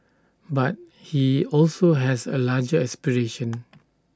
but he also has A larger aspiration